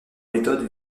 méthodes